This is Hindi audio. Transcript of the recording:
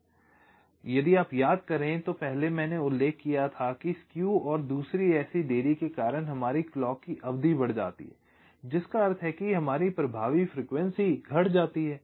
क्योंकि यदि आप याद करे तो पहले मैंने उल्लेख किया था कि स्केव और दूसरी ऐसी देरी के कारण हमारी क्लॉक की अवधि बढ़ जाती है जिसका अर्थ है कि हमारी प्रभावी फ्रीक्वेंसी घट जाती है